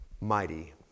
mighty